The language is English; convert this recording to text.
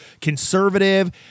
conservative